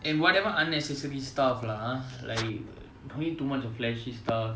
and whatever unnecessary stuff lah !huh! like don't need too much of flashy stuff